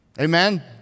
Amen